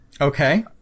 Okay